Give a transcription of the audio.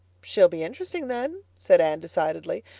she'll be interesting then, said anne decidedly.